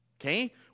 okay